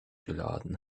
geladen